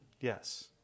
Yes